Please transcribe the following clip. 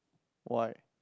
why